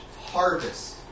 harvest